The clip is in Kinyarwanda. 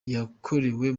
yakorewe